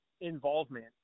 involvement